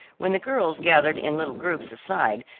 when the girls gathered in little groups aside,